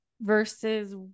versus